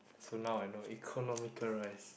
so now I know economical rice